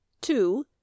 Two